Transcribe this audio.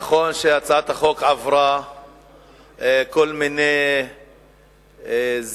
נכון שהצעת החוק עברה כל מיני זיגזוגים,